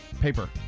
Paper